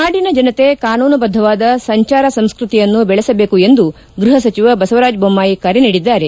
ನಾಡಿನ ಜನತೆ ಕಾನೂನು ಬದ್ದವಾದ ಸಂಚಾರ ಸಂಸ್ಕತಿಯನ್ನು ಬೆಳಸಬೇಕು ಎಂದು ಗೃಹ ಸಚಿವ ಬಸವರಾಜ ಬೊಮ್ನಾಯಿ ಕರೆ ನೀಡಿದ್ದಾರೆ